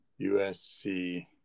USC